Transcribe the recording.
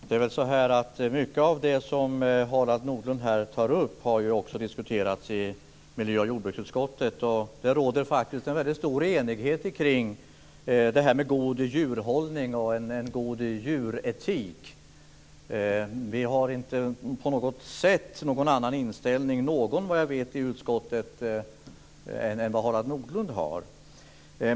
Fru talman! Mycket av det som Harald Nordlund tar upp här har också diskuterats i miljö och jordbruksutskottet. Och det råder faktiskt en väldigt stor enighet om god djurhållning och god djuretik. Såvitt jag vet har inte någon i utskottet på något sätt någon annan inställning än Harald Nordlund.